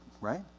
right